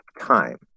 time